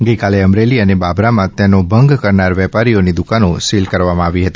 ગઇ કાલે અમરેલી અને બાબરામા તેનો ભંગ કરનારા વેપારીઓની દુકાનો સીલ કરાઇ હતી